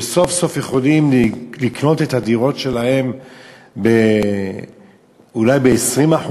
וסוף-סוף הם יכולים לקנות את הדירות שלהם אולי ב-20%,